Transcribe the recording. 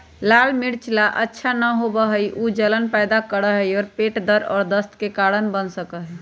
लाल मिर्च सब ला अच्छा न होबा हई ऊ जलन पैदा करा हई और पेट दर्द और दस्त के कारण बन सका हई